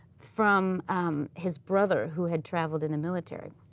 from his brother who had traveled in the military.